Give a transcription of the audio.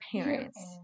parents